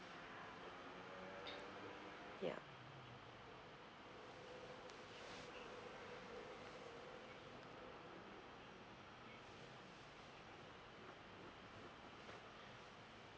yup